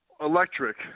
electric